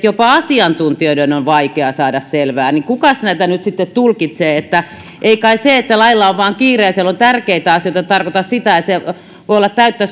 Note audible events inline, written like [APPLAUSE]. [UNINTELLIGIBLE] jopa asiantuntijoiden on vaikea saada selvää niin kukas näitä nyt sitten tulkitsee ei kai se että lailla vain on kiire ja siellä on tärkeitä asioita tarkoita sitä että se voi olla täyttä [UNINTELLIGIBLE]